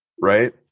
Right